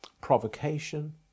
provocation